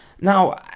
now